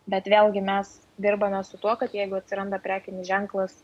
bet vėlgi mes dirbame su tuo kad jeigu atsiranda prekinis ženklas